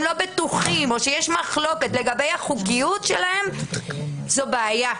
לא בטוחים או שיש מחלוקת לגבי החוקיות שלהן זו בעיה.